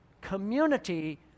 community